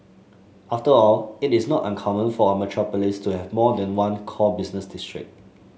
after all it is not uncommon for a metropolis to have more than one core business district